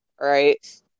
right